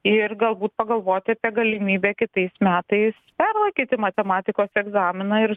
ir galbūt pagalvoti apie galimybę kitais metais perlaikyti matematikos egzaminą ir